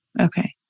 Okay